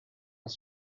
his